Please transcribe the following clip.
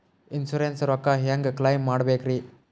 Insurance ರೊಕ್ಕ ಹೆಂಗ claim ಮಾಡ್ಬೇಕ್ರಿ?